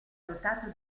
dotato